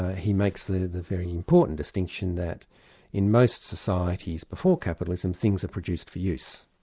he makes the the very important distinction that in most societies before capitalism, things are produced for use,